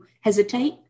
hesitate